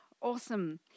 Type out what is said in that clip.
Awesome